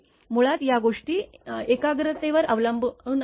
मुळात या गोष्टी एकाग्रतेवर अवलंबून असतात